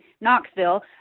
Knoxville